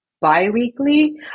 bi-weekly